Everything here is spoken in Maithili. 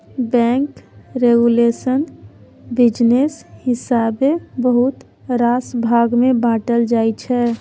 बैंक रेगुलेशन बिजनेस हिसाबेँ बहुत रास भाग मे बाँटल जाइ छै